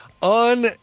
on